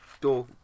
door